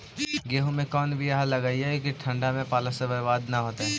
गेहूं के कोन बियाह लगइयै कि ठंडा में पाला से बरबाद न होतै?